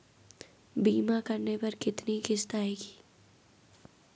बीमा करने पर कितनी किश्त आएगी?